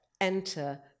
enter